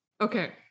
okay